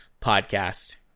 podcast